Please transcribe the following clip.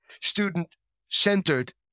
Student-centered